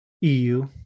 EU